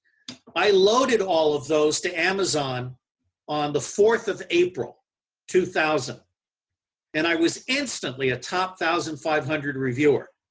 i loaded all of those to amazon on the fourth of april two thousand and i was instantly a top thousand five hundred reviewer,